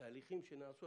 התהליכים שנעשו,